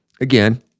again